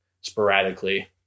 sporadically